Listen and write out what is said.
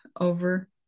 over